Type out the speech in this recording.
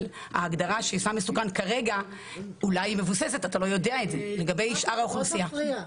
אבל ההגדרה של סם מסוכן כרגע אולי מבוססת לגבי שאר האוכלוסייה,